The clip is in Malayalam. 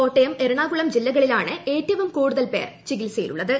കോട്ടയം എറണാകുളം ജില്ലകളിലാണ് ഏറ്റവും കൂടുതൽ പേർ ചികിത്സയിലുള്ളത്